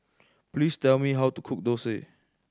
please tell me how to cook dosa